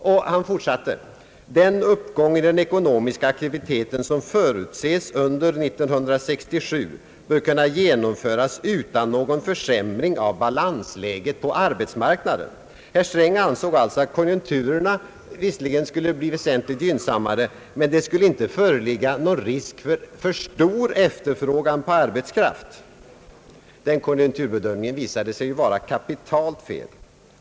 Han sade vidare: »Den uppgång i den ekonomiska aktiviteten som förutses under år 1967 bör kunna genomföras utan någon försämring av balansläget på arbetsmarknaden.» Herr Sträng ansåg alltså att konjunkturerna visserligen skulle bli väsentligt gynnsammare men inte att det skulle föreligga någon risk för alltför stor efterfrågan på arbetskraft. Den konjunkturbedömningen visade sig vara kapitalt felaktig.